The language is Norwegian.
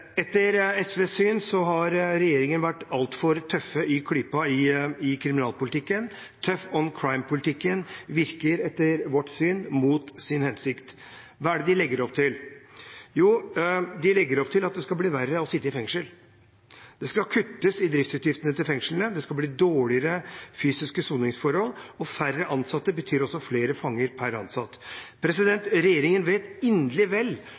Etter SVs syn har regjeringen vært altfor tøff i klypa i kriminalpolitikken. «Tough on crime»-politikken virker etter vårt syn mot sin hensikt. Hva er det de legger opp til? Jo, de legger opp til at det skal bli verre å sitte i fengsel. Det skal kuttes i driftsutgiftene til fengslene, det skal bli dårligere fysiske soningsforhold, og færre ansatte betyr også flere fanger per ansatt. Regjeringen vet inderlig vel